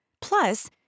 Plus